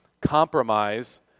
Compromise